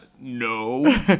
no